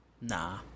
nah